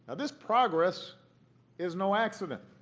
this progress is no accident.